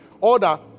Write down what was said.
order